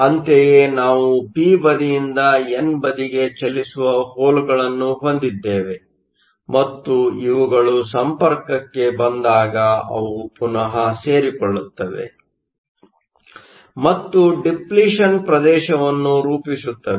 ಅಂತೆಯೇ ನಾವು ಪಿ ಬದಿಯಿಂದ ಎನ್ ಬದಿಗೆ ಚಲಿಸುವ ಹೋಲ್ಗಳನ್ನು ಹೊಂದಿದ್ದೇವೆ ಮತ್ತು ಇವುಗಳು ಸಂಪರ್ಕಕ್ಕೆ ಬಂದಾಗ ಅವು ಪುನಃ ಸೇರಿಕೊಳ್ಳುತ್ತವೆ ಮತ್ತು ಡಿಪ್ಲಿಷನ್ ಪ್ರದೇಶವನ್ನು ರೂಪಿಸುತ್ತವೆ